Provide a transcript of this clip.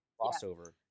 crossover